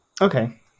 Okay